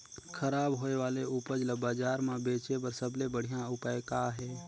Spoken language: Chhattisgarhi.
खराब होए वाले उपज ल बाजार म बेचे बर सबले बढ़िया उपाय का हे?